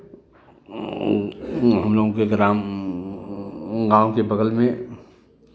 हम लोगों के ग्राम गाँव के बगल में